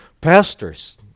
pastors